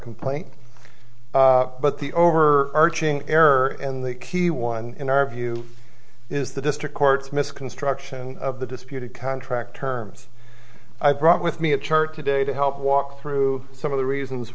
complaint but the over arching error in the key one in our view is the district courts misconstruction of the disputed contract terms i brought with me a chart today to help walk through some of the reasons